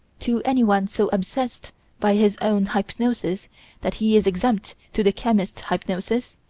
to anyone so obsessed by his own hypnoses that he is exempt to the chemist's hypnoses,